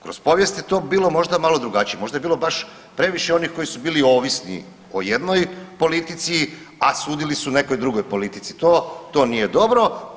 Kroz povijest je to bilo možda malo drugačije, možda je bilo baš previše onih koji su bili ovisni o jednoj politici, a sudili su nekoj drugoj politici, to nije dobro.